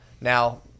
Now